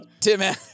Tim